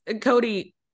Cody